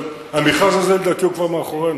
אבל המכרז הזה, לדעתי, כבר מאחורינו.